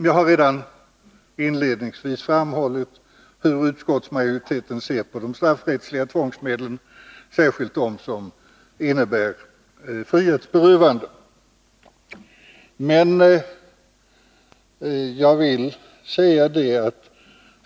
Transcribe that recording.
Jag har redan inledningsvis framhållit hur utskottsmajoriteten ser på de straffrättsliga tvångsmedlen — särskilt dem som innebär frihetsberövande.